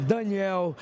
Daniel